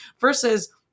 versus